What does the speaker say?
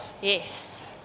Yes